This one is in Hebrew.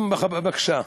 בבקשה,